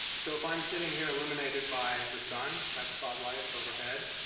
so, if i'm sitting here, illuminated by the sun, that spotlight overhead,